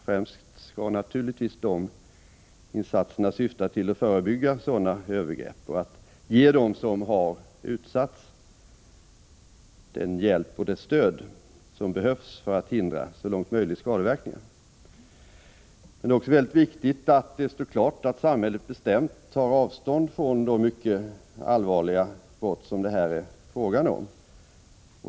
Främst skall naturligtvis insatserna syfta till att förebygga övergrepp och att ge dem som har utsatts för övergrepp hjälp och stöd för att så långt möjligt hindra skadeverkningar. Det är också väldigt viktigt att det står klart att samhället bestämt tar avstånd från de mycket allvarliga brott som det här är fråga om.